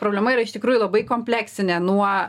problema yra iš tikrųjų labai kompleksinė nuo